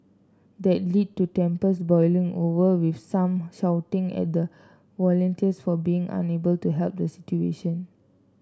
that lead to tempers boiling over with some shouting at the volunteers for being unable to help the situation